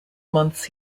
months